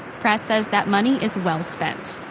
pratt says that money is well spent.